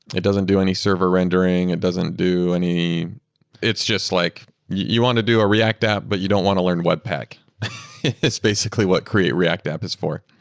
it doesn't do any server rendering. it doesn't do any it's just like you want to do a react app, but you don't want to learn webpack is basically what create react app is for.